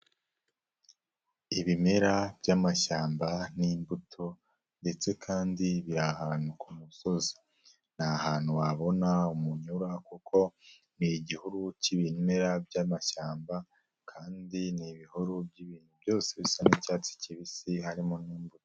Ibimera byamashyamba n'imbuto ndetse kandi biri ahantu ku musozi. Nta hantu wabona umunyura kuko ni igihuru cyibimera byamashyamba kandi n'ibihuru byose bisa n'icyatsi kibisi harimo n'imbuto.